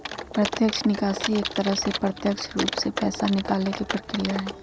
प्रत्यक्ष निकासी एक तरह से प्रत्यक्ष रूप से पैसा निकाले के प्रक्रिया हई